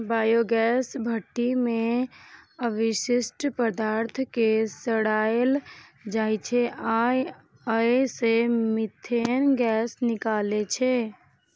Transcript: biogas भट्ठी मे अवशिष्ट पदार्थ कें सड़ाएल जाइ छै आ अय सं मीथेन गैस निकलै छै